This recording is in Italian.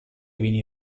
vini